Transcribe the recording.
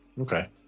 Okay